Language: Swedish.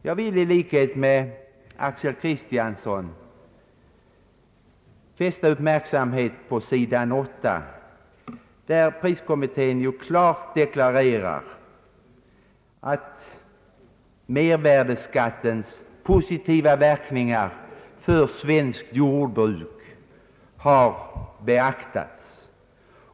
Jag vill i likhet med herr Axel Kristiansson fästa uppmärksamheten på sidan 8, där priskommittén ju klart deklarerar att mervärdeskattens positiva verkningar för svenskt jordbruk har beaktats.